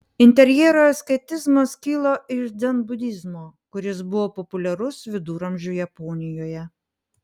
interjero asketizmas kilo iš dzenbudizmo kuris buvo populiarus viduramžių japonijoje